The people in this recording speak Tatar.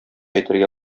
әйтергә